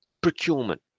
procurement